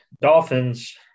Dolphins